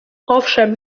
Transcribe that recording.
owszem